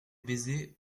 baisers